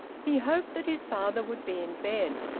he hoped that his father would be in bed,